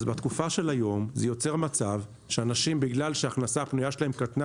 אז בתקופה של היום זה יוצר מצב שאנשים בגלל שההכנסה הפנויה שלהם קטנה